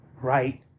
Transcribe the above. right